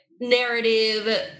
narrative